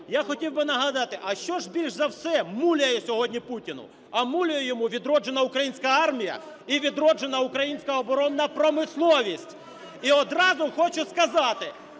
я хотів би нагадати, а що ж більш за все муляє сьогодні Путіну? А муляє йому відроджена українська армія і відроджена українська оборонна промисловість. І одразу хочу сказати: